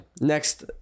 Next